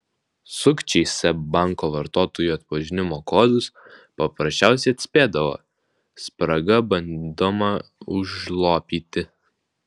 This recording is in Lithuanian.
sukčiai seb banko vartotojų atpažinimo kodus paprasčiausiai atspėdavo spragą bandoma užlopyti